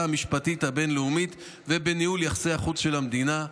המשפטית הבין-לאומית ובניהול יחסי החוץ של המדינה.